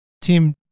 Tim